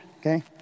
okay